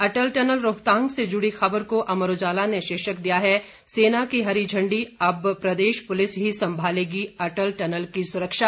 अटल tunnel Rohtang से जुड़ी खबर को अमर उजाला ने शीर्षक दिया है सेना की हरी झंडी अब प्रदेश पुलिस ही संभालेगी अटल टनल की सुरक्षा